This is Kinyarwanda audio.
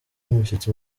umushyitsi